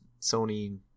sony